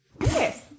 Yes